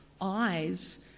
eyes